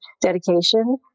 dedication